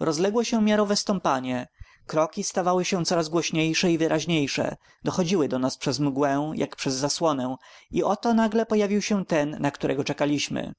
rozległo się miarowe stąpanie kroki stawały się coraz głośniejsze i wyraźniejsze dochodziły do nas przez mgłę jak przez zasłonę i oto nagle pojawił się ten na którego czekaliśmy